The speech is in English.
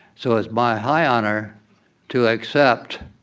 so it's my high honor to accept